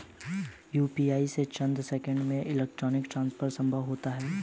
UPI से चंद seconds में इलेक्ट्रॉनिक ट्रांसफर संभव हो गया है